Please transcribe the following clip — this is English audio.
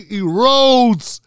erodes